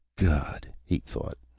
god, he thought,